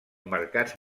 mercats